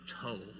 told